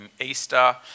Easter